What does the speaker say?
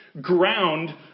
ground